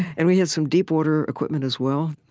and we had some deep-water equipment, as well.